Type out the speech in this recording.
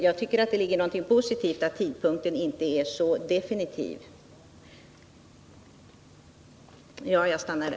Jag tycker därför att det är positivt att tidpunkten inte är så definitivt fastställd.